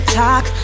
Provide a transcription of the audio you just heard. talk